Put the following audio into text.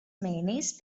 mayonnaise